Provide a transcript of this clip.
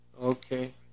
Okay